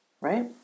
right